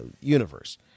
universe